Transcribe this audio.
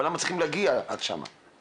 אבל למה צריך להגיע עד שם?